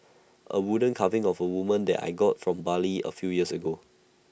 A wooden carving of A woman that I got from Bali A few years ago